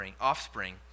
offspring